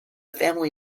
family